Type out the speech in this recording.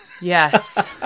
Yes